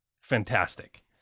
fantastic